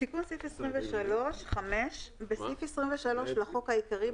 "תיקון סעיף 23 5. בסעיף 23 לחוק העיקרי,